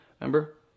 Remember